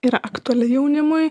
yra aktuali jaunimui